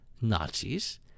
Nazis